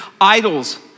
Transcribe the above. idols